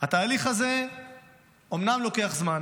התהליך הזה אומנם לוקח זמן.